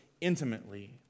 intimately